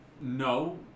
no